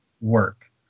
work